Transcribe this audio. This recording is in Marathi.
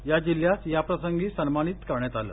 या जिल्ह्यास याप्रसंगी सन्मानित करण्यात आलं